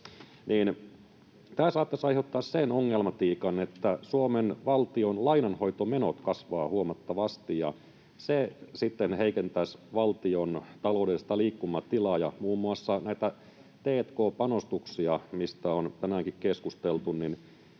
tämä saattaisi aiheuttaa sen ongelmatiikan, että Suomen valtion lainanhoitomenot kasvavat huomattavasti, ja se sitten heikentäisi valtion taloudellista liikkumatilaa ja muun muassa näitä t&k-panostuksia, mistä on tänäänkin keskusteltu.